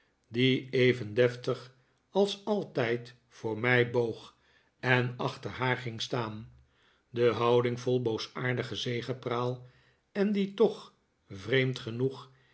die even deftig als altijd voor mij boog en achter haar ging staan de houding vol boosaardige zegepraal en die toch vreemd genoeg